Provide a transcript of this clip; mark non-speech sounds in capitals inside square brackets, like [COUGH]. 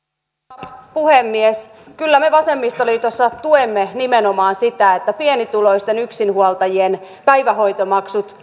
arvoisa puhemies kyllä me vasemmistoliitossa tuemme nimenomaan sitä että pienituloisten yksinhuoltajien päivähoitomaksut [UNINTELLIGIBLE]